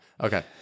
Okay